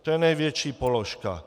To je největší položka.